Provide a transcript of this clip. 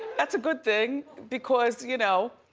that's a good thing, because you know,